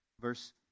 Verse